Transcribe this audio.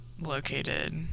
located